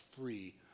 free